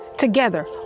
Together